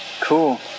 Cool